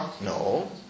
No